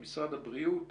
משרד הבריאות,